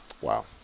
Wow